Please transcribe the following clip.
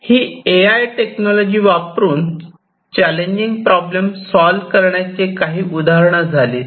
he A I technology वापरून challenging problem solve करण्याचे काही उदाहरण झालीत